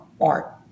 art